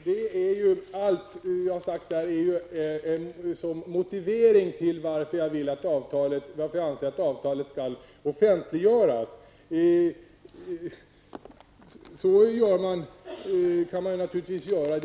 Fru talman! Jag gav från talarstolen en omfattande motivering till varför jag anser att avtalet skall offentliggöras. Det är